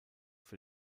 für